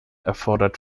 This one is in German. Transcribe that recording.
erfordert